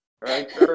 right